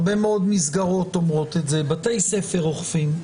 הרבה מאוד מסגרות אומרות את זה, בתי ספר אוכפים.